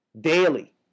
Daily